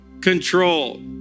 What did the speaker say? control